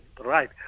right